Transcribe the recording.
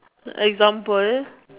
example